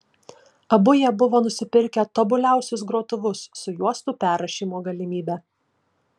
abu jie buvo nusipirkę tobuliausius grotuvus su juostų perrašymo galimybe